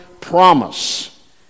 promise